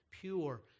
pure